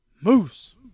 Moose